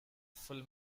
full